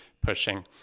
pushing